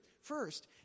First